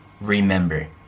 remember